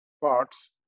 parts